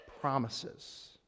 promises